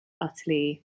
utterly